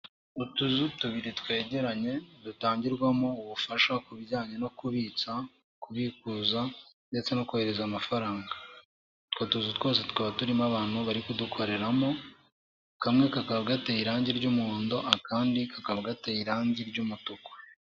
Utuzu tubiri twegeranye dutangirwamo ubufasha ku bijyanye no kubitsa, kubikuza, ndetse no kohereza amafaranga. Utwo tuzu twose twakaba turimo abantu bari kudukoreramo, kamwe kakaba gateye irangi ry'umuhondo akandi kakaba gateye irangi ry'umutuku.